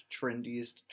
trendiest